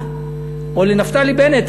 או לנפתלי בנט,